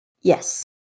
Yes